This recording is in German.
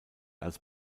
als